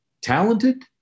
talented